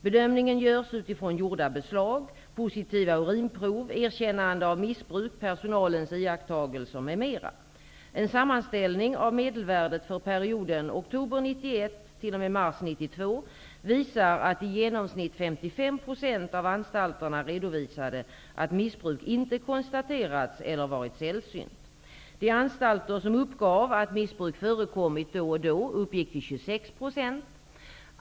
Bedömningen görs utifrån gjorda beslag, positiva urinprov, erkännanden om missbruk, personalens iakttagelser m.m. En sammanställning av medelvärdet för perioden oktober 1991--mars 1992 visar att i genomsnitt 55 % av anstalterna redovisade att missbruk inte konstaterats eller varit sällsynt. De anstalter som uppgav att missbruk förekommit då och då uppgick till 26 %.